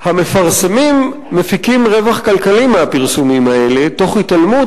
המפרסמים מפיקים רווח כלכלי מהפרסומים האלה תוך התעלמות